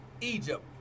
Egypt